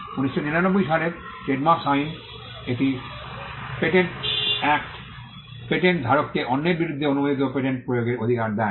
1999 সালের trade marks আইন এটি পেটেন্টস অ্যাক্ট 1970 পেটেন্ট ধারককে অন্যের বিরুদ্ধে অনুমোদিত পেটেন্ট প্রয়োগের অধিকার দেয়